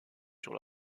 sur